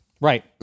Right